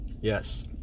Yes